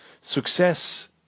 success